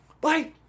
Bye